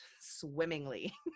swimmingly